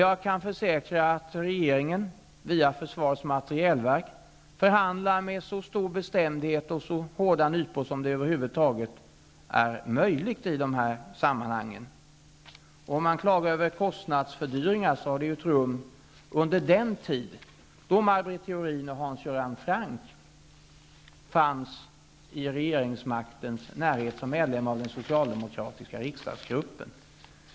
Jag kan försäkra att regeringen, via Försvarets materielverk, förhandlar med så stor bestämdhet och så hårda nypor som det över huvud taget är möjligt att göra i de här sammanhangen. De kostnadsfördyringar som man klagar över har ägt rum under den tid då Maj Britt Theorin och Hans Göran Franck fanns i regeringsmaktens närhet som medlemmar av den socialdemokratiska riksdagsgruppen.